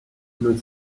non